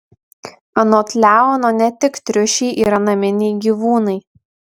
anot leono ne tik triušiai yra naminiai gyvūnai